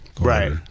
Right